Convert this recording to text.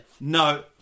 no